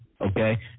okay